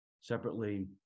Separately